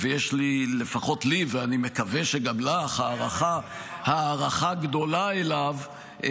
ולפחות לי יש ואני מקווה שגם לך הערכה גדולה אליו,